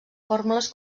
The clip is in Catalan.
fórmules